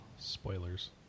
Spoilers